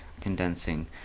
condensing